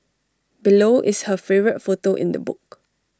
below is her favourite photo in the book